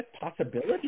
possibility